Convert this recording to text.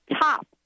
top